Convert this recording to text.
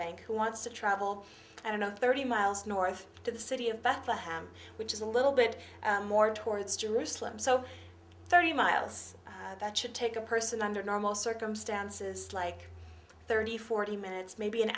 bank who wants to travel and another thirty miles north to the city of bethlehem which is a little bit more towards jerusalem so thirty miles that should take a person under normal circumstances like thirty forty minutes maybe an